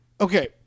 Okay